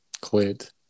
quit